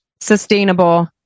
sustainable